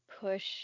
push